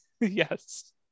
Yes